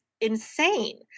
insane